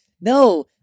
No